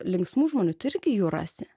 linksmų žmonių tu irgi jų rasi